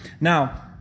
Now